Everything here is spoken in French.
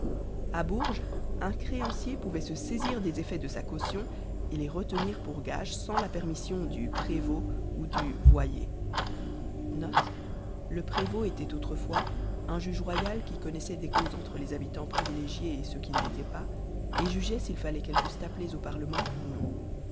a bourges un créancier pouvait se saisir des effets de sa caution et les retenir pour gages sans la permission du prévôt ou du le prévôt était autrefois un juge royal qui connaissait des causes entre les habitans privilégiés et ceux qui ne l'étaient pas et jugeait s'il fallait qu'elles fussent appelées au parlement ou non